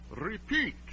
Repeat